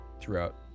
throughout